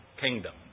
kingdom